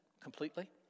completely